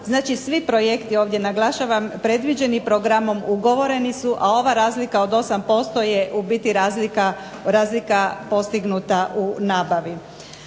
Znači svi projekti, ovdje naglašavam, predviđeni programom ugovoreni su, a ova razlika od 8% je u biti razlika postignuta u nabavi.